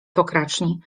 pokraczni